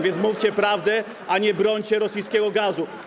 Więc mówcie prawdę, a nie brońcie rosyjskiego gazu.